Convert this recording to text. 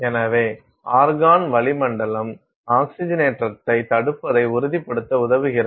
எனவே ஆர்கான் வளிமண்டலம் ஆக்ஸிஜனேற்றத்தைத் தடுப்பதை உறுதிப்படுத்த உதவுகிறது